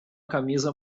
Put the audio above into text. camisa